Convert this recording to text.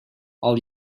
all